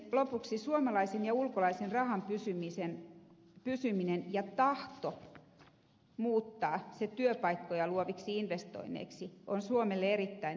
lopuksi suomalaisen ja ulkomaalaisen rahan pysyminen maassa ja tahto muuttaa se työpaikkoja luoviksi investoinneiksi on suomelle erittäin tärkeää